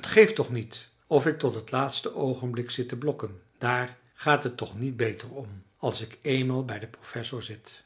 t geeft toch niet of ik tot het laatste oogenblik zit te blokken daar gaat het toch niet beter om als ik eenmaal bij den professor zit